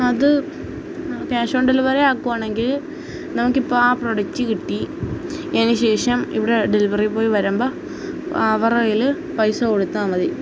അത് cash on delivery ആക്കുകയാണെങ്കിൽ നമുക്ക് ഇപ്പോൾ ആ പ്രൊഡക്ട് കിട്ടി അതിന് ശേഷം ഇവിടെ ഡെലിവറി ബോയ് വരുമ്പം അവരുടെ കയ്യിൽ പൈസ കൊടുത്താൽ മതി